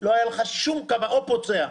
או פוצע.